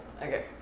Okay